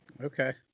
Okay